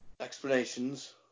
explanations